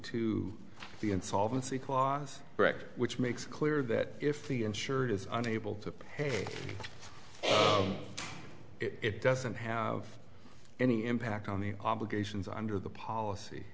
record which makes it clear that if the insured is unable to pay it doesn't have any impact on the obligations under the policy